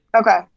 Okay